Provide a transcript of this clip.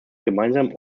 gemeinsam